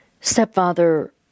stepfather